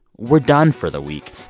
we're done for the week.